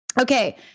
Okay